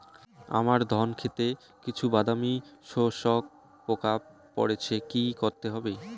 আমার ধন খেতে কিছু বাদামী শোষক পোকা পড়েছে কি করতে হবে?